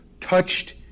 touched